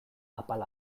apal